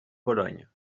pologne